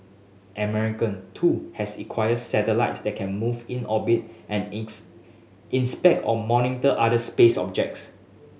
American too has acquired satellites that can move in orbit and ins inspect or monitor other space objects